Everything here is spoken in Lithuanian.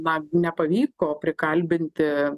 na nepavyko prikalbinti